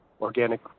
organic